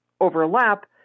overlap